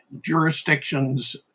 Jurisdictions